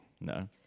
No